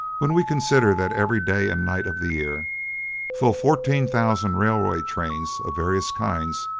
when we consider that every day and night of the year full fourteen thousand railway-trains of various kinds,